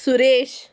Suresh